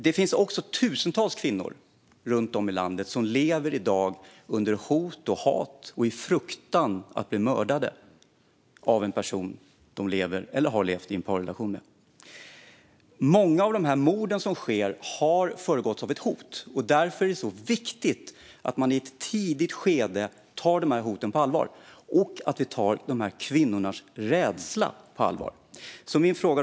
Det finns också tusentals kvinnor runt om i landet som lever under hot och hat och i fruktan att bli mördade av en person som de lever eller har levt i en parrelation med. Många av de mord som sker har föregåtts av ett hot. Därför är det viktigt att man i ett tidigt skede tar dessa hot på allvar - och att vi tar kvinnornas rädsla på allvar. Herr talman!